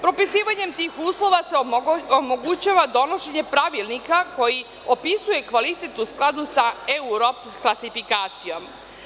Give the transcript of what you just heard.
Propisivanjem tih uslova se omogućava donošenje pravilnika koji opisuje kvalitet u skladu sa Europ klasifikacijom.